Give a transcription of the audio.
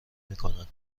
میکنند